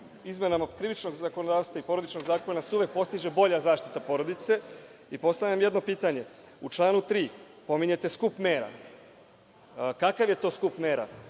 izmenama Krivičnog zakonodavstva i Porodičnog zakona se uvek postiže bolja zaštita porodice. Postavljam jedno pitanje, u članu 3. pominjete skup mera, kakav je to skup mera?